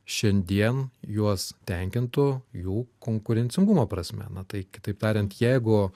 šiandien juos tenkintų jų konkurencingumo prasme na tai kitaip tariant jeigu